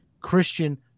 Christian